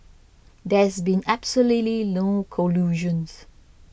there's been absolutely no collusions